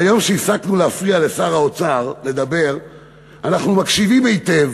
מהיום שהפסקנו להפריע לשר האוצר לדבר אנחנו מקשיבים היטב